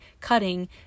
cutting